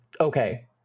Okay